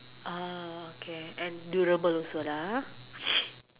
uh okay and durable also lah ah